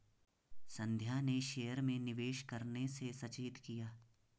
संध्या ने शेयर में निवेश करने से सचेत किया